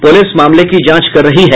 police मामले की जांच कर रही है